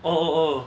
oh oh